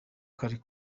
kari